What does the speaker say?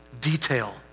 detail